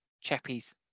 chappies